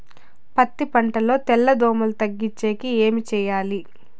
పత్తి పంటలో తెల్ల దోమల తగ్గించేకి ఏమి చేయాలి?